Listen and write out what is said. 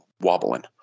wobbling